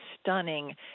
stunning